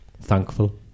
thankful